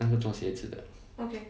那个做鞋子的